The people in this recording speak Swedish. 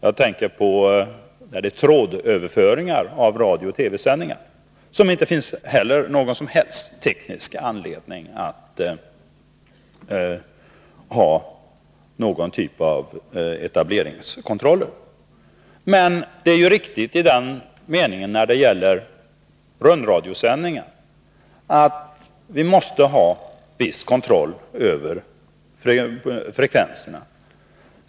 Jag tänker på trådöverföringar av radiooch TV-sändningar, där det inte heller av tekniska skäl finns någon anledning att ha etableringskontroll. När det gäller rundradiosändningar måste vi ha viss kontroll över frekvenserna.